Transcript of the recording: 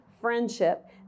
friendship